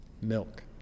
Milk